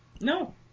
No